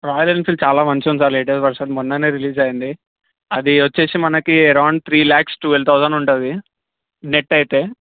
royal Enfield చాలా మంచిగా ఉంది సార్ లేటెస్ట్ వర్షన్ మొన్న రిలీజ్ అయింది అది వచ్చి మనకి around three lakh twelve thousand ఉంటుంది నెట్ అయితే